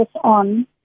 on